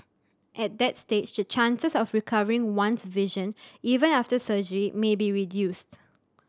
at that stage the chances of recovering one's vision even after surgery may be reduced